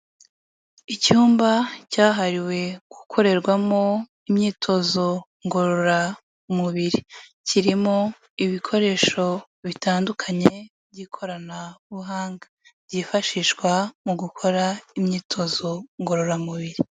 Icyumba cyahariwe gukorerwamo imyitozo ngororamubiri. Kirimo ibikoresho bitandukanye by'ikoranabuhanga byifashishwa mu gukora imyitozo ngororamubiri.